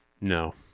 No